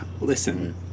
Listen